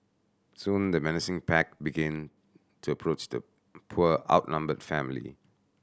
soon the menacing pack began to approach the poor outnumbered family